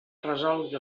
resolgui